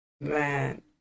man